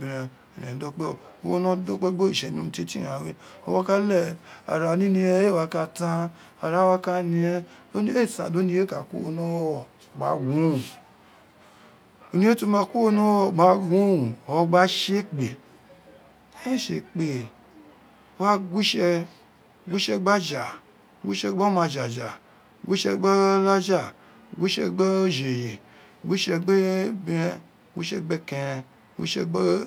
ne ene dokpe o birds ona biri obiren ene dokpe biri wono dokpe gbo nitse ni urun tietie tie oghan we o wa ka ughe ara nini te ee wa ka tan ara wa ka nie ee san gin oriye ma kuoro ni owunowo gba wu oniye ti oma kuoro ni owurowurogha wu or gba tsekpe ee tse ekpe wowa gwitse gbe aja gwitse gbe oma aju tse gbe olaja gwitse gbe ojo ye gwitse gbe ebiren gwitse gbe ekeren gwitse gbe